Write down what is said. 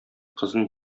кызын